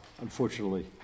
unfortunately